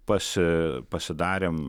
pasi pasidarėme